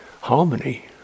harmony